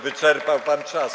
Wyczerpał pan czas.